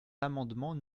l’amendement